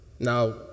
Now